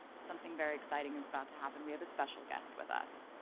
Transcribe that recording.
something very exciting is about to happen. we have a special guest with us.